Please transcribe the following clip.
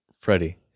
Freddie